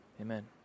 Amen